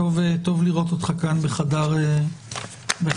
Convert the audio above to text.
טוב לראות אותך כאן בחדר הוועדה.